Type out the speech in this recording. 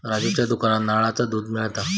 राजूच्या दुकानात नारळाचा दुध मिळता